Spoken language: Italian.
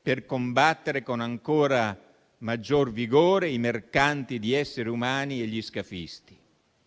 per combattere con ancora maggior vigore i mercanti di esseri umani e gli scafisti